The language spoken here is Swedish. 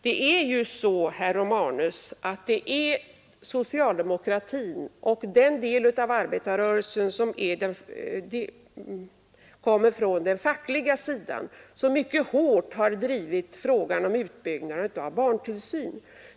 Det är ju så, herr Romanus, att det är socialdemokratin och den del av arbetarrörelsen som tillhör den fackliga sidan som mycket hårt har drivit frågan om utbyggnaden av barntillsynen.